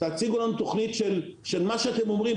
תציגו לנו תוכנית של מה שאתם אומרים.